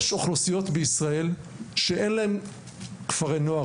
יש אוכלוסיות בישראל שאין להן כפרי נוער,